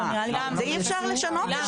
ואי אפשר לשנות את זה.